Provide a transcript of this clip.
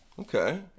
Okay